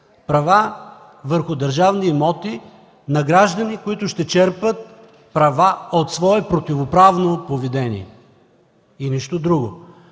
права върху държавни имоти на граждани, които ще черпят права от свое противоправно поведение и нищо друго.